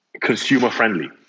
consumer-friendly